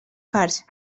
farts